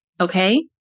Okay